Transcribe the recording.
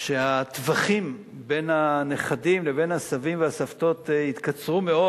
כשהטווחים בין הנכדים לבין הסבים והסבתות התקצרו מאוד,